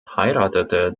heiratete